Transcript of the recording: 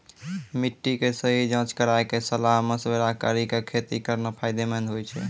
मिट्टी के सही जांच कराय क सलाह मशविरा कारी कॅ खेती करना फायदेमंद होय छै